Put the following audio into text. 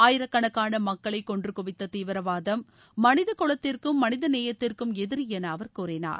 ஆயிரக்கணக்கான மக்களை கொன்று குவித்த தீவிரவாதம் மனித குளத்திற்கும் மனித நேயத்திற்கும் எதிரி என அவர் கூறினார்